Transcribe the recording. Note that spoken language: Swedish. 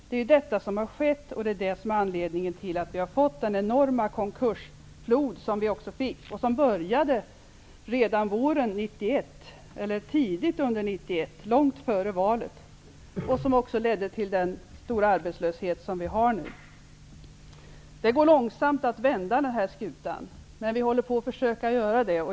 Det är vad som har skett och det är det som är anledningen till den enorma konkursflod som har uppstått och som började redan tidigt på våren 1991, långt före valet. Detta ledde också till den stora arbetslöshet som vi nu har. Det går långsamt att vända skutan, men vi håller på att försöka att göra det.